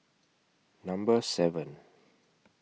Number seven